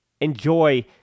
enjoy